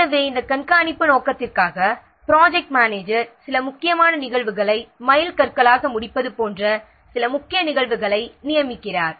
எனவே இந்த கண்காணிப்பு நோக்கத்திற்காக ப்ராஜெக்ட் மேனேஜர் சில முக்கியமான நிகழ்வுகளை முடிப்பதை மைல்கற்களாக நியமிக்கிறார்